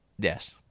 Yes